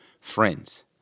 friends